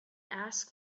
ask